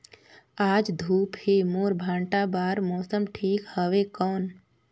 आज धूप हे मोर भांटा बार मौसम ठीक हवय कौन?